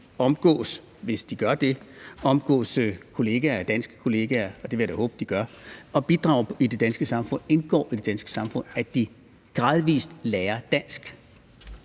omgås danske kollegaer – hvis de gør det, og det vil jeg da håbe de gør – og bidrager til det danske samfund, indgår i det danske samfund, så gradvis lærer dansk.